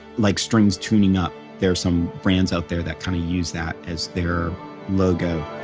like strings tuning up. there's some brands out there that kind of use that as their logo